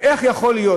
איך יכול להיות?